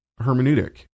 hermeneutic